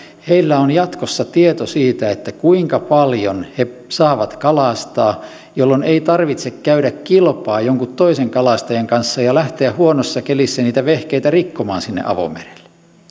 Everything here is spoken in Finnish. on jatkossa tieto siitä kuinka paljon he saavat kalastaa jolloin ei tarvitse käydä kilpaa jonkun toisen kalastajan kanssa ja lähteä huonossa kelissä niitä vehkeitä rikkomaan avomerelle